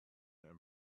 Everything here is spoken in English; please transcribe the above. and